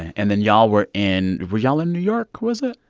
and then y'all were in were y'all in new york, was it?